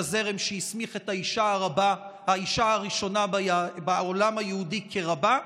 את הזרם שהסמיך את האישה הראשונה בעולם היהודי כרבה.